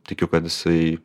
tikiu kad jisai